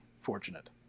fortunate